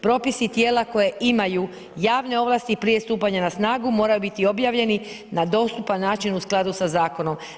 Propisi i tijela koje imaju javne ovlasti prije stupanja na snagu moraju biti objavljeni na dostupan način u skladu sa zakonom.